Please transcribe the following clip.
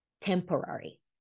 temporary